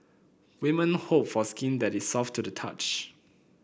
women hope for skin that is soft to the touch